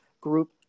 group